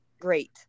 Great